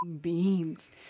beans